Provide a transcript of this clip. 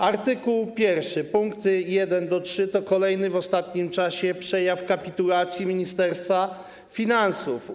Art. 1 pkt 1-3 to kolejny w ostatnim czasie przejaw kapitulacji Ministerstwa Finansów.